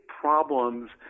problems